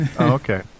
Okay